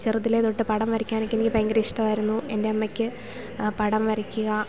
ചെറുതിലേ തൊട്ട് പടം വരയ്ക്കാനൊക്കെ എനിക്ക് ഭയങ്കര ഇഷ്ടമീയിരുന്നു എൻ്റെ അമ്മയ്ക്ക് പടം വരയ്ക്കുക